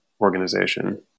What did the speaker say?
organization